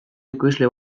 ekoizle